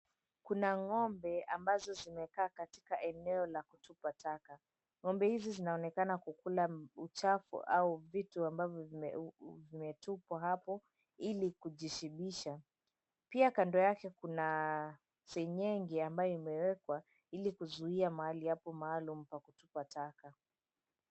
Kuna ng'ombe ambazo zimekaa katika eneo la kutupa taka. Ng'ombe hizi zinaonekana kukula uchafu au vitu ambavyo vimetupwa hapo ili kujishibisha. Pia kando yake kuna seng'eng'e ambayo imewekwa ili kuzuia mahali hapo maalum pa kutupa taka.